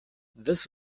this